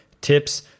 tips